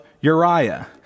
Uriah